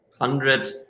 hundred